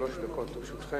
שלוש דקות לרשותך.